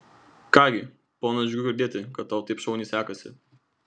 ką gi ponui džiugu girdėti kad tau taip šauniai sekasi